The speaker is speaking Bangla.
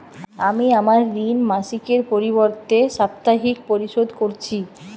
আমি আমার ঋণ মাসিকের পরিবর্তে সাপ্তাহিক পরিশোধ করছি